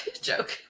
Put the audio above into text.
joke